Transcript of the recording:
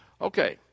Okay